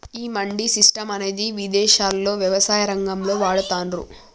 ఈ మండీ సిస్టం అనేది ఇదేశాల్లో యవసాయ రంగంలో వాడతాన్రు